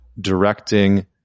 directing